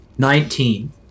Nineteen